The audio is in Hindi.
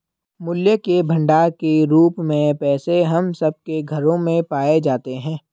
मूल्य के भंडार के रूप में पैसे हम सब के घरों में पाए जाते हैं